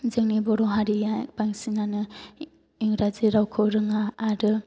जोंनि बर' हारिया बांसिनानो इंराजि रावखौ रोङा आरो